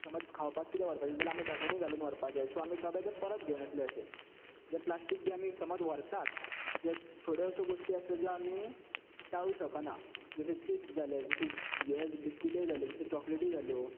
समज खावपाक कितें व्हरपाचे जाले जाल्यार आमी डब्यानीं घालून व्हरपाक जाय सो आमी ते डबे परत घेवन येतले अशें जे आमी प्लास्टीक बीन आमी व्हरताच जे थोड्यो अश्यो गोष्टी आसतात ज्यो आमी टाळूंक शकनात जशें की चिप्स जाले जश्यो बिस्किट्यो जाल्यो जश्यो चॉक्लेटी जाल्यो